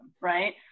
right